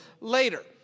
later